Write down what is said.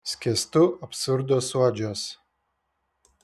skęstu absurdo suodžiuos